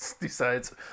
decides